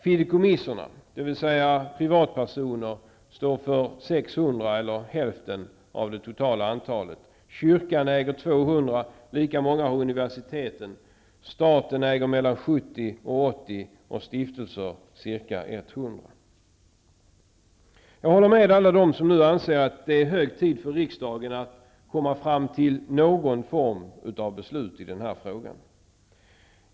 Fideikommissen, dvs. privatpersoner, äger 600, eller hälften av det totala antalet arrenden, kyrkan 200, likaså universiteten, staten mellan 70 och 80 och stiftelser ca 100. Jag håller med alla dem som anser att det är hög tid för riksdagen att komma fram till någon form av beslut i den här frågan.